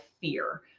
fear